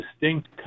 distinct